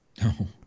No